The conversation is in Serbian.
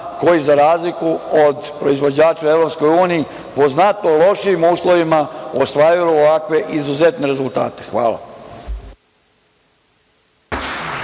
koji za razliku od proizvođača u EU, po znatno lošijim uslovima ostvaruju ovakve izuzetne rezultate. Hvala.